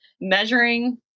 measuring